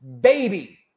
baby